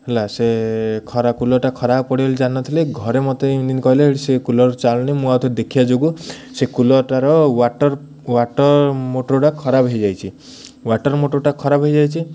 ହେଲା ସେ ଖରା କୁଲର୍ଟା ଖରାପ ପଡ଼ିବ ବୋଲି ଜାଣିନଥିଲି ଘରେ ମତେ ଏମିତିି ଏମିତିି କହିଲେ ସେ କୁଲର୍ ଚାଲୁନି ମୁଁ ଆଉ ଥରେ ଦେଖିବା ଯୋଗୁଁ ସେ କୁଲର୍ଟାର ୱାଟର୍ ୱାଟର୍ ମୋଟର୍ଟା ଖରାପ ହେଇଯାଇଛି ୱାଟର୍ ମୋଟର୍ଟା ଖରାପ ହେଇଯାଇଛି